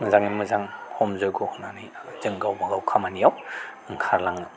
मोजाङै मोजां हम जैग' होनानै जों गावबागाव खामानिआव ओंखारलाङो